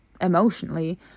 emotionally